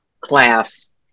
class